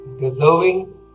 deserving